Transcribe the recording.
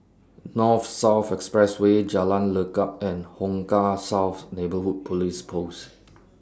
North South Expressway Jalan Lekub and Hong Kah South Neighbourhood Police Post